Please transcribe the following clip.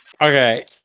Okay